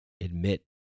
admit